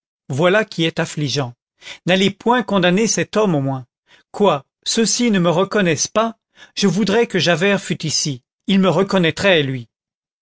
voilà qui est affligeant n'allez point condamner cet homme au moins quoi ceux-ci ne me reconnaissent pas je voudrais que javert fût ici il me reconnaîtrait lui